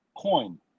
Coin